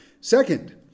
Second